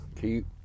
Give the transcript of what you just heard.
Keep